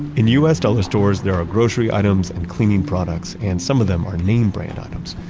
in u s. dollar stores, there are grocery items and cleaning products, and some of them are name brand items,